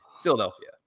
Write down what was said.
Philadelphia